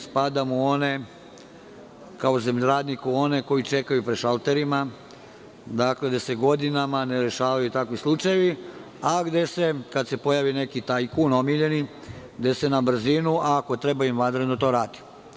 Spadam kao zemljoradnik u one koji čekaju pred šalterima, gde se godinama ne rešavaju takvi slučajevi, a gde se kada se pojavi neki tajkun omiljeni, gde se na brzinu ako treba i vanredno to radi.